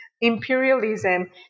imperialism